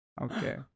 Okay